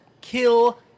kill